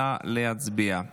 נא להצביע.